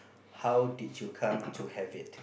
how did you come to have it